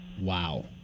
Wow